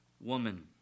woman